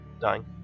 Dying